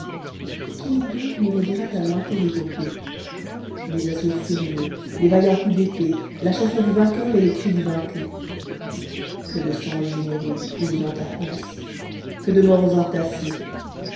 qui donc nous redira ta lointaine épopée les assauts furieux les vaillants coups d'épée la chanson du vainqueur et les cris du vaincu que de sang généreux dut couler dans ta place que de morts entassés